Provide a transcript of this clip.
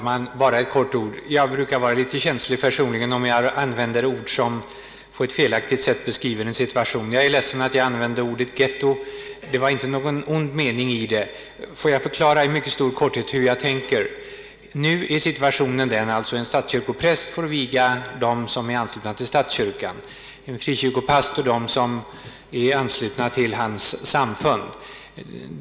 Herr talman! Bara några få ord. Jag brukar personligen vara litet känslig om jag använder ord som på ett felaktigt sätt beskriver en situation. Jag är ledsen att jag använde ordet ghetto. Det var inte någon ond mening bakom detta. Får jag i korthet förklara hur jag tänker. Nu är situationen alltså den att en statskyrkopräst får viga dem som är anslutna till statskyrkan, en frikyrkopastor dem som är anslutna till hans samfund.